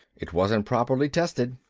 it wasn't properly tested.